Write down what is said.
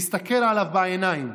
והסתכל עליו בעיניים.